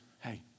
hey